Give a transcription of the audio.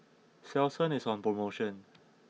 Selsun is on promotion